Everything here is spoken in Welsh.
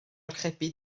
archebu